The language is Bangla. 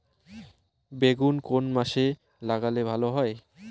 বেগুন কোন মাসে লাগালে ভালো হয়?